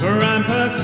Grandpa